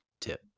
Tip